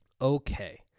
Okay